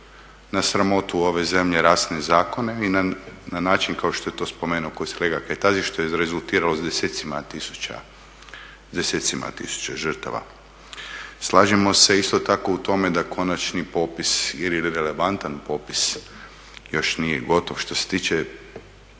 na sramotu ove zemlje rasne zakona i na način kao što je to spomenuo kolega Kajtazi što je rezultiralo s desecima tisuća žrtava. Slažemo se isto tako u tome da konačni popis ili relevantan popis još nije gotov, što se tiče